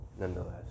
nonetheless